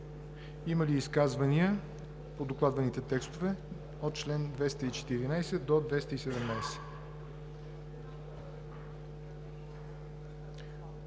Има ли изказвания по докладваните текстове – от чл. 214 до чл.